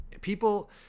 people